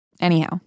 Anyhow